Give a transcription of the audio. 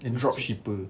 a drop shipper